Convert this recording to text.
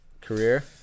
career